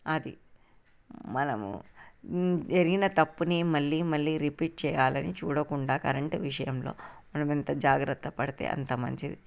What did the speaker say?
అది మనము జరిగిన తప్పుని మళ్ళీ మళ్ళీ రిపీట్ చేయాలని చూడకుండా కరెంట్ విషయంలో మనము ఎంత జాగ్రత్త పడితే అంత మంచిది